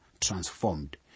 transformed